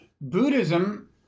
Buddhism